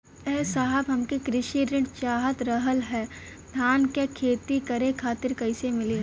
ए साहब हमके कृषि ऋण चाहत रहल ह धान क खेती करे खातिर कईसे मीली?